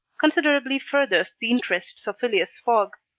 considerably furthers the interests of phileas fogg